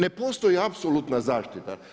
Ne postoji apsolutna zaštita.